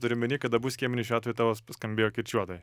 turi omeny kad abu skiemenys šiuo atveju tavo skambėjo kirčiuotai